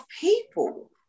people